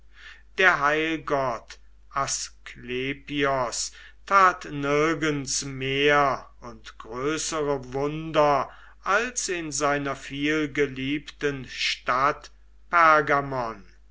der heilgott asklepios tat nirgends mehr und größere wunder als in seiner vielgeliebten stadt